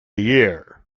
year